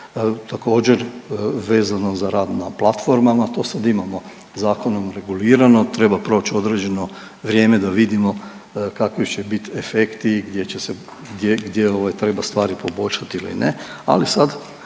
Također vezano za rad na platformama to sad imamo zakonom regulirano. Treba proći određeno vrijeme da vidimo kakvi će biti efekti, gdje će se, gdje ovaj treba stvari poboljšati ili ne,